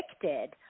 convicted